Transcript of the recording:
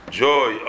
joy